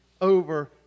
over